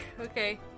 Okay